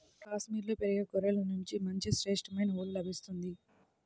కాశ్మీరులో పెరిగే గొర్రెల నుంచి మంచి శ్రేష్టమైన ఊలు లభిస్తుంది